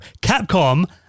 Capcom